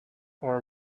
our